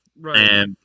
Right